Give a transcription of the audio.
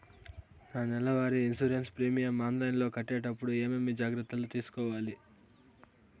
నా నెల వారి ఇన్సూరెన్సు ప్రీమియం ఆన్లైన్లో కట్టేటప్పుడు ఏమేమి జాగ్రత్త లు తీసుకోవాలి?